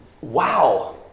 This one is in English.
wow